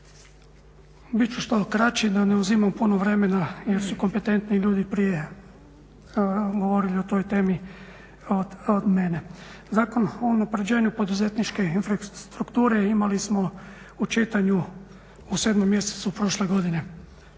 Bit ću što kraći da ne uzimam puno vremena jer su kompetentni ljudi prije govorili o toj temi od mene. Zakon o unapređenju poduzetničke infrastrukture imali smo u čitanju u 7. mjesecu prošle godine,